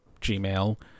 gmail